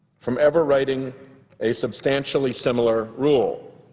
from ever writing a substantially similar rule.